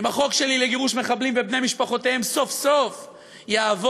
אם החוק שלי לגירוש מחבלים ובני משפחותיהם סוף-סוף יעבור,